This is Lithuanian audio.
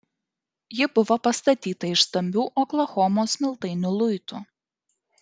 ji buvo pastatyta iš stambių oklahomos smiltainio luitų